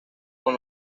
con